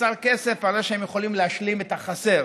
יחסר כסף הרי שהם יכולים להשלים את החסר.